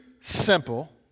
simple